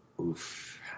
Oof